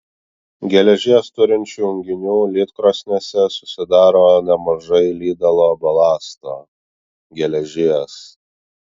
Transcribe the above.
geležies turinčių junginių lydkrosnėse susidaro nemažai lydalo balasto geležies